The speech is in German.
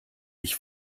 ich